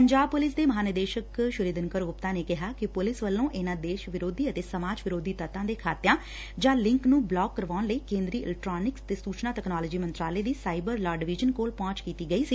Punjab police ਦੇ ਮਹਾਂਨਿਦੇਸ਼ਕ ਦਿਨਕਰ ਗੁਪਤਾ ਨੇ ਕਿਹਾ ਕਿ ਪੁਲਿਸ ਵੱਲੋਂ ਇਨੂਾਂ ਦੇਸ਼ ਵਿਰੋਧੀ ਅਤੇ ਸਮਾਜ ਵਿਰੋਧੀ ਤੱਤਾ ਦੇ ਖਾਤਿਆ ਜਾ ਲਿਕ ਨੂੰ ਬਲੌਕ ਕਰਾਊਣ ਲਈ ਕੇਦਰੀ ਇਲੈਕਟਰਾਨਿਕਸ ਤੇ ਸੂਚਨਾ ਤਕਨਾਲੋਜੀ ਮੰਤਰਾਲੇ ਦੀ ਸਾਈਬਰ ਲਾਅ ਡਿਜੀਟਲ ਕੋਲ ਪਹੁੰਚ ਕੀਤੀ ਗਈ ਸੀ